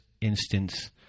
instance